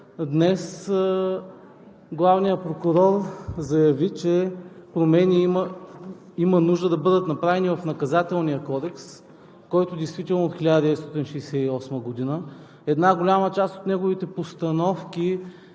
днес главният прокурор заяви, че промени има нужда да бъдат направени в Наказателния кодекс, който действително е от 1968 г. Една голяма част от неговите постановки